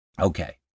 Okay